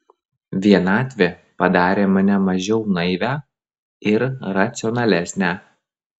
vienatvė padarė mane mažiau naivią ir racionalesnę